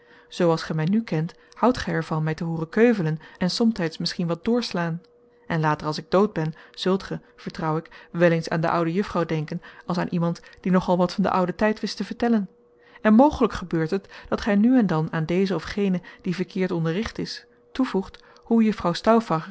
als gij mij nu kent houdt gij er van mij te hooren keuvelen en somtijds misschien wat doorslaan en later als ik dood ben zult gij vertrouw ik wel eens aan de oude juffrouw denken als aan iemand die nog al wat van den ouden tijd wist te vertellen en mogelijk gebeurt het dat gij nu en dan aan dezen of genen die verkeerd onderricht is toevoegt hoe juffrouw stauffacher